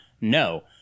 no